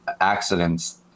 accidents